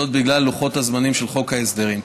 בגלל לוחות הזמנים של חוק ההסדרים.